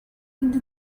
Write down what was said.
into